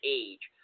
age